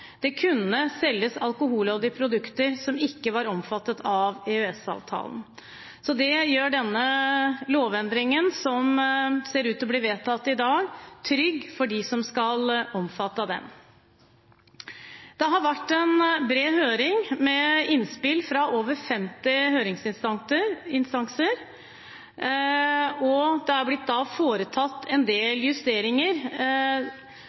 det kunne selges alkoholholdige produkter som ikke var omfattet av EØS-avtalen. Det gjør denne lovendringen som ser ut til å bli vedtatt i dag, trygg i forhold til hva som skal omfattes. Det har vært en bred høring med innspill fra over 50 høringsinstanser, og det har blitt foretatt en